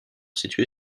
situé